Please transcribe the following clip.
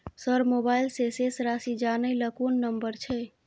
Sir mobile से शेस राशि जानय ल कोन नंबर छै?